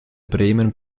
bremen